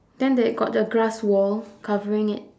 then there got the grass wall covering it